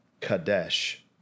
Kadesh